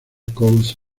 coast